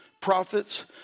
prophets